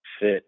fit